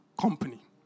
company